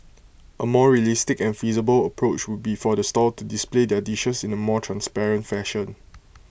A more realistic and feasible approach would be for the stall to display their dishes in A more transparent fashion